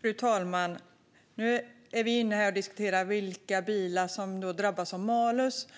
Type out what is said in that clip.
Fru talman! Nu är vi inne på att diskutera vilka bilar som drabbas av malus